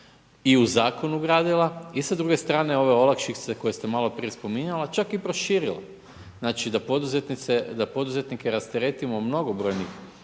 i u zakon ugradila. I s druge strane ove olakšice koje ste malo prije spominjala čak i proširila. Znači da poduzetnike rasteretimo mnogobrojnih